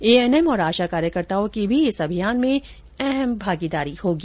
ANM और आशा कार्यकर्ताओं की भी इस अभियान में अहम भागीदारी होगी